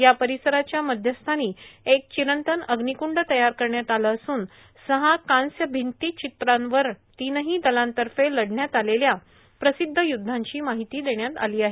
या परिसराच्या मध्य स्थानी एक चिरंतन अग्निक्ंड तयार करण्यात आलं असून सहा कांस्य भित्तीचित्रांवर तीनही दलांतर्फे लढण्यात आलेल्या प्रसिद्ध य्द्धांची माहिती देण्यात आली आहे